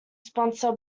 sponsor